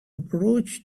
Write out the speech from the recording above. approach